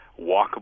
walkable